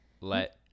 let